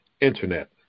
internet